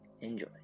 enjoy